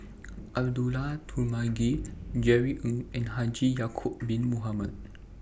Abdullah Tarmugi Jerry Ng and Haji Ya'Acob Bin Mohamed